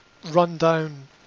run-down